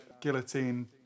Guillotine